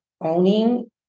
owning